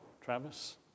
Travis